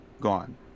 gone